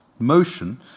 Motion